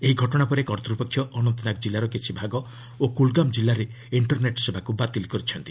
ଏହି ଘଟଣା ପରେ କର୍ତ୍ତୂପକ୍ଷ ଅନନ୍ତନାଗ ଜିଲ୍ଲାର କିଛି ଭାଗ ଓ କୁଲ୍ଗାମ୍ ଜିଲ୍ଲାରେ ଇଷ୍ଟରନେଟ୍ ସେବାକୁ ବାତିଲ୍ କରିଛନ୍ତି